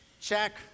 check